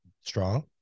strong